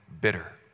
bitter